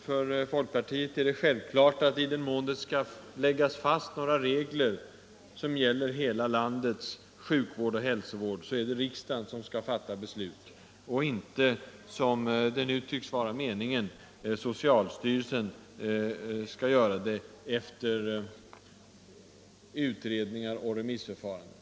För folkpartiet är det självklart att i den mån det skall läggas fast några regler som gäller hela landets sjukvård och hälsovård, så är det riksdagen som skall fatta beslut och inte, som det nu tycks vara meningen, so cialstyrelsen.